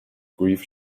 grief